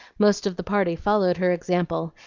most of the party followed her example,